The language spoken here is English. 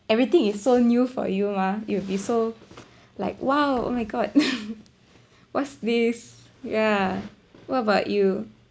everything is so new for you mah you will be so like !wow! oh my god what's this yeah what about you